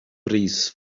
brys